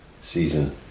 season